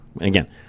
Again